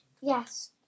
Yes